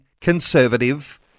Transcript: conservative